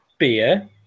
beer